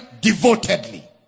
devotedly